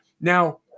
Now